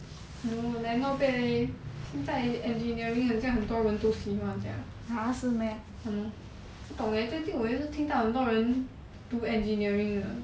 oh like not bad leh 现在 engineering 很像很多人都喜欢这样 !hannor! 不懂 leh 最近我一直听到很多人读 engineering 的